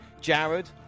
Jared